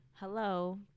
hello